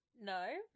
no